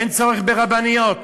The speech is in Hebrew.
אין צורך ברבניות,